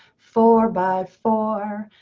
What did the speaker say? four by four.